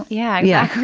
yeah, yeah